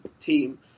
team